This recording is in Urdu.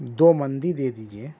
دو مندی دے دیجئے